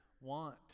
want